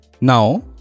Now